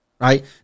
right